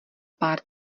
pár